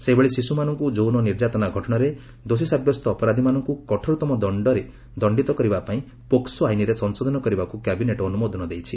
ସେହିଭଳି ଶିଶୁମାନଙ୍କୁ ଯୌନ ନିର୍ଯାତନା ଘଟଣାରେ ଦୋଷୀ ସାବ୍ୟସ୍ତ ଅପରାଧୀମାନଙ୍କୁ କଠୋରତମ ଦଶ୍ତର ଦଣ୍ଡିତ କରିବା ପାଇଁ ପୋକ୍ନୋ ଆଇନ୍ରେ ସଂଶୋଧନ କରିବାକୁ କ୍ୟାବିନେଟ୍ ଅନୁମୋଦନ ଦେଇଛି